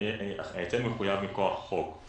ההיטל מחויב מכוח חוק.